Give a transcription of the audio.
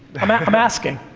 i'm i'm asking.